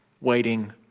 waiting